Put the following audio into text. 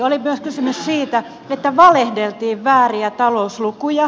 oli myös kysymys siitä että valehdeltiin vääriä talouslukuja